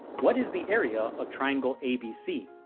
what is the area of triangle abc?